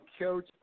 Coach